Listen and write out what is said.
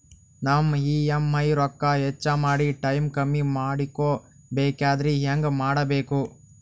ನಮ್ಮ ಇ.ಎಂ.ಐ ರೊಕ್ಕ ಹೆಚ್ಚ ಮಾಡಿ ಟೈಮ್ ಕಮ್ಮಿ ಮಾಡಿಕೊ ಬೆಕಾಗ್ಯದ್ರಿ ಹೆಂಗ ಮಾಡಬೇಕು?